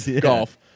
golf